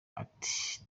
ati